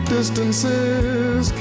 Distances